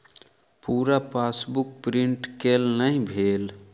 पूरा passbook print केल नहि भेल